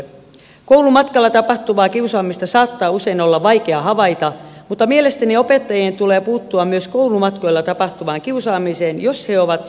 koulumatkalla tapahtuvaa kiusaamista saattaa usein olla vaikea havaita mutta mielestäni opettajien tulee puuttua myös koulumatkoilla tapahtuvaan kiusaamiseen jos he ovat siitä tietoisia